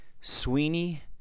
Sweeney